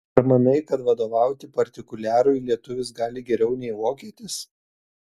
ar manai kad vadovauti partikuliarui lietuvis gali geriau nei vokietis